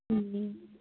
ए